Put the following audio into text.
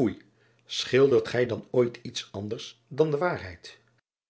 oei childert gij dan ooit iets anders dan de waarheid